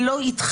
לא להניח לו,